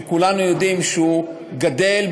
שכולנו יודעים שהוא גדֵל,